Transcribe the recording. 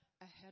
ahead